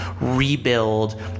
rebuild